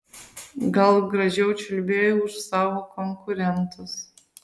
gal gražiau čiulbėjau už savo konkurentus